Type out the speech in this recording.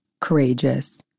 courageous